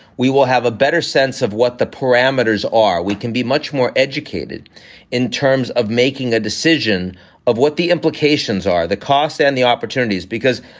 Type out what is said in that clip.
we will have a better sense of what the parameters are we can be much more educated in terms of making a decision of what the implications are, the costs and the opportunities because,